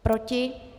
Proti?